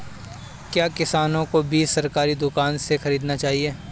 क्या किसानों को बीज सरकारी दुकानों से खरीदना चाहिए?